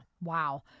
Wow